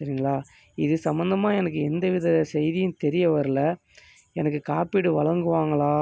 சரிங்களா இது சம்மந்தமாக எனக்கு எந்த வித செய்தியும் தெரிய வரல எனக்குக் காப்பீடு வழங்குவாங்களா